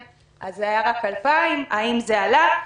אז זה היה רק 2,000. האם זה עלה?